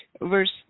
Verse